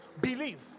believe